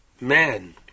man